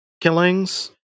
killings